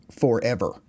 forever